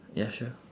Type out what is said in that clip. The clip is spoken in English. ya sure